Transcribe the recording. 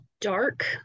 dark